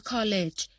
College